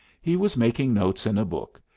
he was making notes in a book,